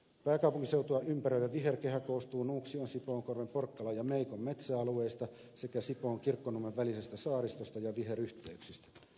pääkaupunkiseutua ympäröivä viherkehä koostuu nuuksion sipoonkorven porkkalan ja meikon metsäalueista sekä sipoonkirkkonummen välisestä saaristosta ja viheryhteyksistä